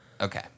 Okay